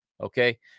okay